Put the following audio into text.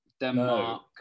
Denmark